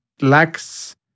lacks